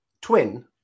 twin